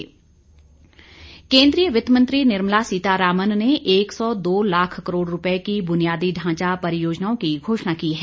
सीतारामन केन्द्रीय वित्त मंत्री निर्मला सीतारामन ने एक सौ दो लाख करोड़ रूपए की बुनियादी ढांचा परियोजनाओं की घोषणा की है